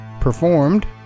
performed